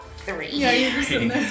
Three